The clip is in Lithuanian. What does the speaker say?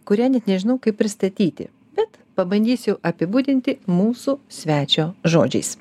kurią net nežinau kaip pristatyti bet pabandysiu apibūdinti mūsų svečio žodžiais